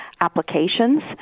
applications